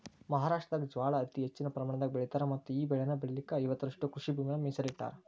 ಮಹಾರಾಷ್ಟ್ರದಾಗ ಜ್ವಾಳಾ ಅತಿ ಹೆಚ್ಚಿನ ಪ್ರಮಾಣದಾಗ ಬೆಳಿತಾರ ಮತ್ತಈ ಬೆಳೆನ ಬೆಳಿಲಿಕ ಐವತ್ತುರಷ್ಟು ಕೃಷಿಭೂಮಿನ ಮೇಸಲಿಟ್ಟರಾ